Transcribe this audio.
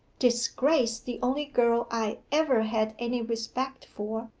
disgrace the only girl i ever had any respect for,